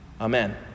Amen